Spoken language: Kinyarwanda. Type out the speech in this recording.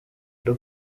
oda